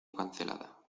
cancelada